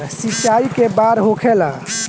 सिंचाई के बार होखेला?